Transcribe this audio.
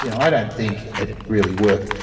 you know i don't think it really worked.